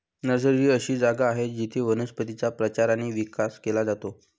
nursery ही अशी जागा आहे जिथे वनस्पतींचा प्रचार आणि विकास केला जातो